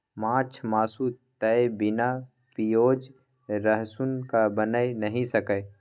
माछ मासु तए बिना पिओज रसुनक बनिए नहि सकैए